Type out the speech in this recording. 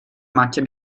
macchia